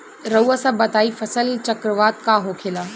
रउआ सभ बताई फसल चक्रवात का होखेला?